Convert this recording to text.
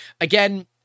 Again